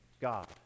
God